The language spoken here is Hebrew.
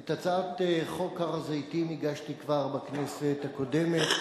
את הצעת חוק הר-הזיתים הגשתי כבר בכנסת הקודמת,